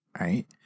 right